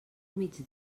mig